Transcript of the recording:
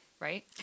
right